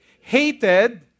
Hated